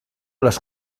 les